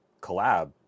collab